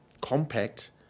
compact